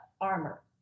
armor